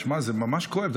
תשמע, זה ממש כואב.